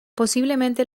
posiblemente